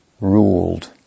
ruled